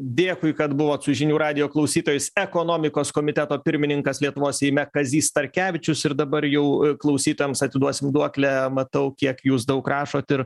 dėkui kad buvot su žinių radijo klausytojais ekonomikos komiteto pirmininkas lietuvos seime kazys starkevičius ir dabar jau klausytojams atiduosim duoklę matau kiek jūs daug rašot ir